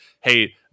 hey